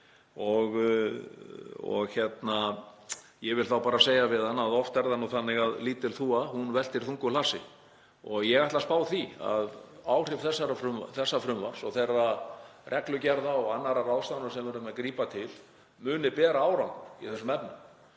Ég vil þá bara segja við hann að oft er það nú þannig að lítil þúfa veltir þungu hlassi og ég ætla að spá því að áhrif þessa frumvarps og þeirra reglugerða og annarra ráðstafana sem við verðum að grípa til muni bera árangur í þessum efnum.